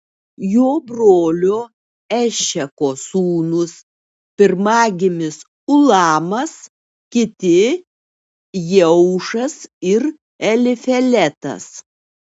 jo brolio ešeko sūnūs pirmagimis ulamas kiti jeušas ir elifeletas